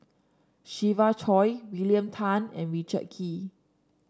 Siva Choy William Tan and Richard Kee